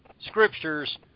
scriptures